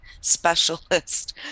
specialist